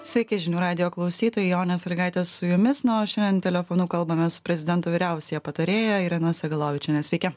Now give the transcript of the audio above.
sveiki žinių radijo klausytojai jonė salygaitė su jumis na o šiandien telefonu kalbamės su prezidento vyriausiąja patarėja irena sagalovičiene sveiki